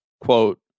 quote